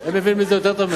הם מבינים בזה יותר טוב ממני.